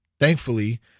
thankfully